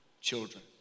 children